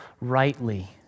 rightly